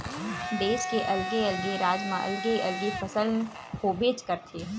देस के अलगे अलगे राज म अलगे अलगे फसल होबेच करथे